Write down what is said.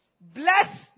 Bless